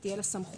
תהיה לה סמכות